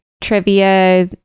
trivia